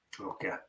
Okay